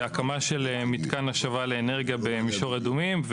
הקמה של מתקן השבה לאנרגיה במישור אדומים,